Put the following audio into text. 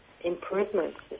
improvements